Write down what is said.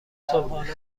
صبحانه